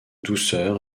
douceur